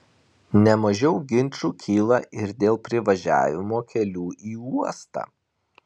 ne mažiau ginčų kyla ir dėl privažiavimo kelių į uostą